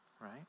right